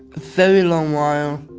very long while,